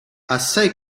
assai